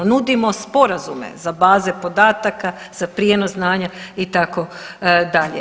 Nudimo sporazume za baze podataka, za prijenos znanja itd.